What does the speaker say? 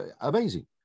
amazing